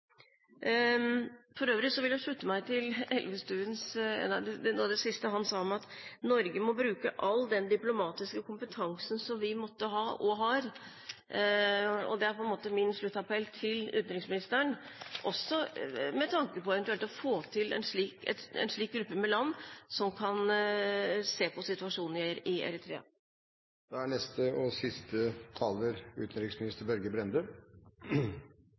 For øvrig vil jeg slutte meg til noe av det siste Elvestuen sa om at Norge må bruke all den diplomatiske kompetansen vi har. Det er min sluttappell til utenriksministeren, også med tanke på eventuelt å få til en slik gruppe med land som kan se på situasjonen i Eritrea. Jeg vil også benytte anledningen til å takke for en meget god og